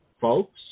folks